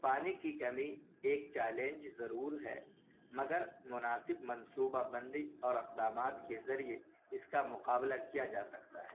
پانی کی کمی ایک چیلنج ضرور ہے مگر مناسب منصوبہ بندی اور اقدامات کے ذریعے اس کا مقابلہ کیا جا سکتا ہے